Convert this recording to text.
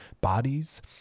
bodies